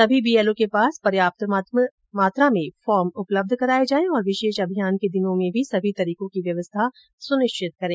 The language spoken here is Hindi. सभी बीएलओ के पास पर्याप्त मात्रा में फॉर्म उपलब्ध कराए जाए और विशेष अभियान के दिनों में भी सभी तरीको की व्यवस्था सुनिश्चित करें